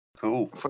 Cool